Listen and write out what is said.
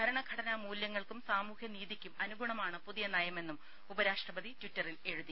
ഭരണഘടനാ മൂല്യങ്ങൾക്കും സാമൂഹ്യനീതിയ്ക്കും അനുഗുണമാണ് പുതിയ നയമെന്നും ഉപരാഷ്ട്രപതി ട്വിറ്ററിൽ എഴുതി